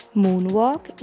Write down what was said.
Moonwalk